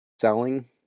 selling